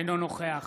אינו נוכח